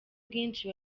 bwinshi